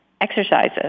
exercises